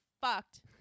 fucked